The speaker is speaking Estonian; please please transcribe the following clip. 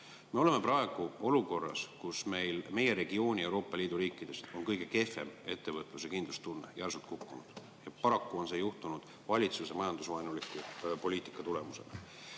Me oleme praegu olukorras, kus meil, meie regioonis on Euroopa Liidu riikidest kõige kehvem ettevõtluse kindlustunne, see on järsult kukkunud ja paraku on see juhtunud valitsuse majandusvaenuliku poliitika [tagajärjel].